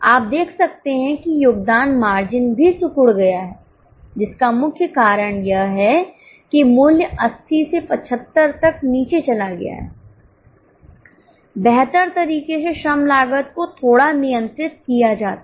आप देख सकते हैं कि योगदान मार्जिन भी सिकुड़ गया है जिसका मुख्य कारण यह है कि मूल्य 80 से 75 तक नीचे चला गया है बेहतर तरीके से श्रम लागत को थोड़ा नियंत्रित किया जाता है